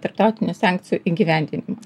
tarptautinių sankcijų įgyvendinimą